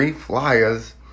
flyers